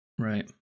Right